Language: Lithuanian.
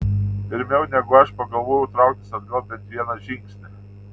pirmiau negu aš pagalvojau trauktis atgal bent vieną žingsnį